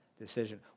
decision